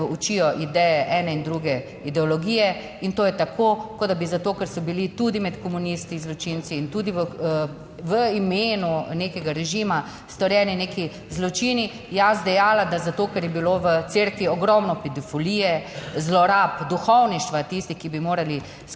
učijo ideje ene in druge ideologije in to je tako kot da bi zato, ker so bili tudi med komunisti zločinci in tudi v imenu nekega režima storjeni neki zločini jaz dejala, da zato, ker je bilo v cerkvi ogromno pedofolije, zlorab duhovništva, tistih, ki bi morali skrbeti,